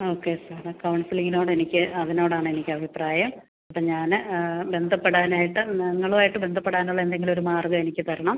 okay സാറേ കൗൺസിലിംഗിനോട് എനിക്ക് അതിനോടാണ് എനിക്കഭിപ്രായം അപ്പോൾ ഞാൻ ബന്ധപ്പെടാനായിട്ട് നിങ്ങളുവായിട്ട് ബന്ധപ്പെടാനുള്ള എന്തെങ്കിലൊരു മാർഗ്ഗം എനിക്ക് തരണം